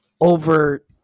over –